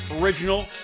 original